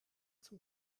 zum